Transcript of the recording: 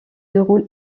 déroule